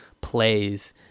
Plays